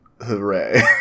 Hooray